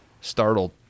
startled